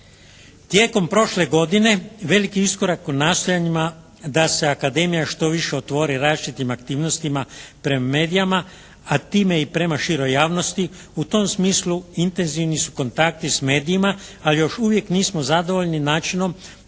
Tijekom prošle godine veliki iskorak u nastojanjima da se akademija što više otvori različitim aktivnostima prema medijima, a time i prema široj javnosti. U tom smislu intenzivni su kontakti s medijima, ali još uvijek nismo zadovoljni načinom